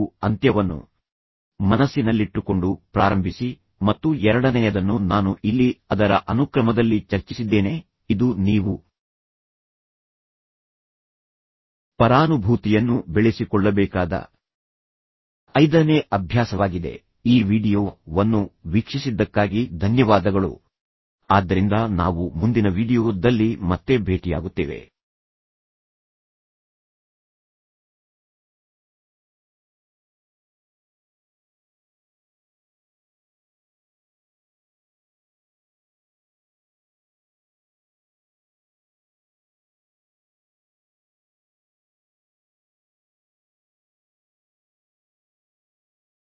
ಮೊದಲನೆಯದನ್ನು ಹಿಂದಿನದರಲ್ಲಿ ಚರ್ಚಿಸಲಾಗಿದೆ ನೀವು ಅಂತ್ಯವನ್ನು ಮನಸ್ಸಿನಲ್ಲಿಟ್ಟುಕೊಂಡು ಪ್ರಾರಂಭಿಸಿ ಮತ್ತು ಎರಡನೆಯದನ್ನು ನಾನು ಇಲ್ಲಿ ಅದರ ಅನುಕ್ರಮದಲ್ಲಿ ಚರ್ಚಿಸಿದ್ದೇನೆ ಇದು ನೀವು ಪರಾನುಭೂತಿಯನ್ನು ಬೆಳೆಸಿಕೊಳ್ಳಬೇಕಾದ ಐದನೇ ಅಭ್ಯಾಸವಾಗಿದೆ ಮತ್ತು ನೀವು ಪ್ರತಿಕ್ರಿಯಿಸುವ ಮೊದಲು ನೀವು ಇತರ ವ್ಯಕ್ತಿಯ ಭಾವನೆಯನ್ನು ಅರ್ಥಮಾಡಿಕೊಳ್ಳಬೇಕು